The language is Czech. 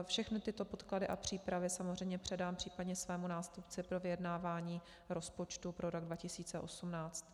Všechny tyto podklady a přípravy samozřejmě předám případně svému nástupci pro vyjednávání rozpočtu pro rok 2018.